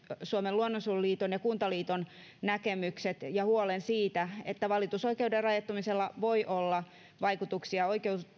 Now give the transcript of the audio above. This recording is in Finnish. suomen luonnonsuojeluliiton ja kuntaliiton näkemykset ja huolen siitä että valitusoikeuden rajoittamisella voi olla vaikutuksia